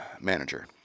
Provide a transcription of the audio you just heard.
Manager